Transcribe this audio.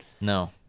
No